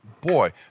boy